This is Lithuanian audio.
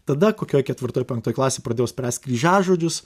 tada kokioj ketvirtoj penktoj klasėj pradėjau spręst kryžiažodžius